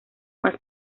más